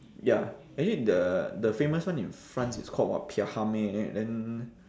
ya actually the the famous one in france is called what Pierre Herme right then